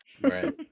Right